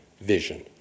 vision